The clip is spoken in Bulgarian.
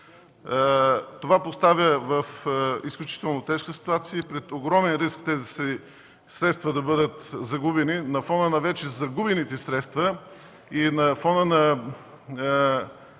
Това поставя в изключително тежка ситуация и пред огромен риск средствата да бъдат загубени, на фона на вече загубените средства и на фона на